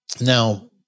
Now